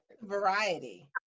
Variety